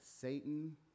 Satan